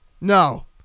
No